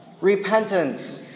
Repentance